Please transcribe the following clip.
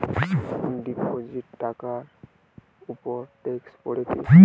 Deposit টাকার উপর tax পড়ে কি?